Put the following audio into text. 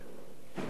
אני יכול להגיד לך,